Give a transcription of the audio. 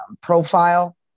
profile